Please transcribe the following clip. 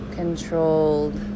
controlled